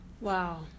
Wow